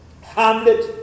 Hamlet